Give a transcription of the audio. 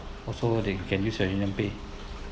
also they can use your UnionPay